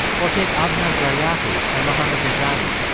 or take avner gvaryahu and mohammed dajani,